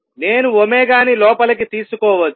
నేను ని లోపలికి తీసుకోవచ్చు